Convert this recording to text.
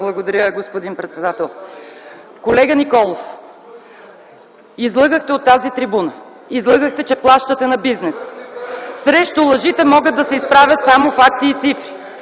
Благодаря, господин председател. Колега Николов, излъгахте от тази трибуна! Излъгахте, че плащате на бизнеса. Срещу лъжите могат да се изправят само факти и цифри.